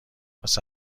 واسه